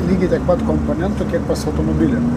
lygiai taip pat komponentų kiek pas automobilį